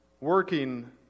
working